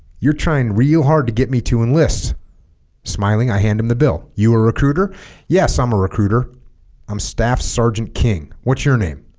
you're trying real hard to get me to enlist smiling i hand him the bill you a recruiter yes i'm a recruiter i'm staff sergeant king what's your name